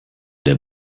der